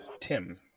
Tim